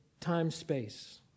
time-space